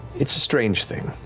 it's a strange thing.